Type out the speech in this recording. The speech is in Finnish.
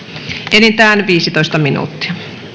enintään viisitoista minuuttia